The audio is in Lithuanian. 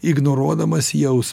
ignoruodamas jaus